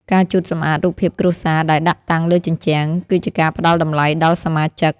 ការជូតសម្អាតរូបភាពគ្រួសារដែលដាក់តាំងលើជញ្ជាំង គឺជាការផ្តល់តម្លៃដល់សមាជិក។